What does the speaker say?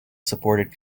supported